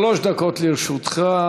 שלוש דקות לרשותך.